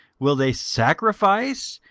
will they sacrifice?